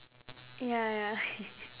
ya ya